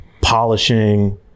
polishing